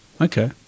Okay